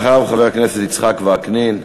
אחריו, חבר הכנסת יצחק וקנין,